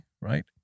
right